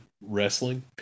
wrestling